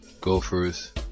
gophers